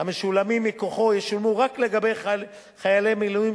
המשולמים מכוחו ישולמו רק לגבי חיילי מילואים